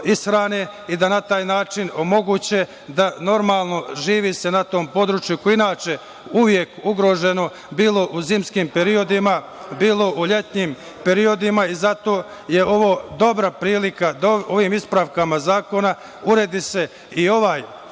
i da na taj način omoguće da se normalno živi na tom području koje je inače uvek bilo ugroženo u zimskom periodu, bilo u letnjem periodu i zato je ovo dobra prilika da se ovim ispravkama zakona uredi ovaj